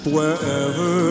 Wherever